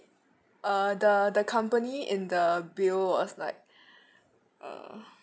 uh the the company in the bill was like uh